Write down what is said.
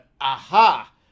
Aha